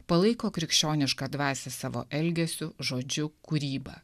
palaiko krikščionišką dvasią savo elgesiu žodžiu kūryba